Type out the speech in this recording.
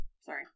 sorry